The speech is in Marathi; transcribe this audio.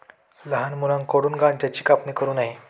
लहान मुलांकडून गांज्याची कापणी करू नये